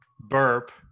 burp